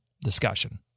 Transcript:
discussion